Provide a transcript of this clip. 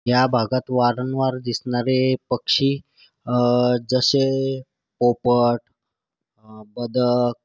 या भागात वारंवार दिसणारे पक्षी जसे पोपट बदक